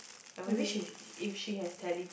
or maybe she is if she has tele